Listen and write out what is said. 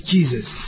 Jesus